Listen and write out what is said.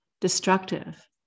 destructive